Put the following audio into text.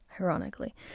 ironically